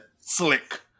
Slick